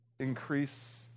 Increase